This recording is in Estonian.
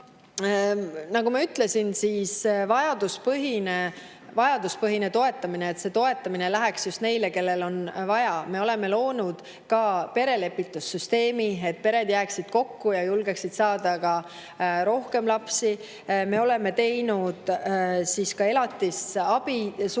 nagu ma ütlesin: vajaduspõhine toetamine, et toetus läheks just neile, kellel seda on vaja. Me oleme loonud ka perelepitussüsteemi, et pered jääksid kokku ja julgeksid saada rohkem lapsi. Me oleme ka elatisabi